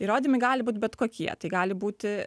įrodymai gali būt bet kokie tai gali būti